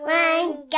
one